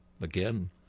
AGAIN